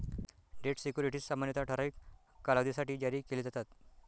date securities सामान्यतः ठराविक कालावधीसाठी जारी केले जातात